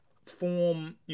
form